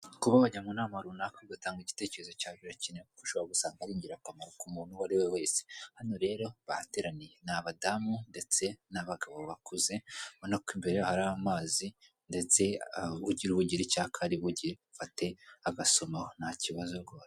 kuba bajya mu nama runaka bigatanga igitekerezo cyawe birakenewe kurushaho gusanga ari ingirakamaro ku muntu uwo ari we wese hano rero bahateraniye ni abadamu ndetse n'abagabo bakuze ubonako ko imbere hari amazi ndetsegira ugira icyaka Ari busomeho nta kibazo rwose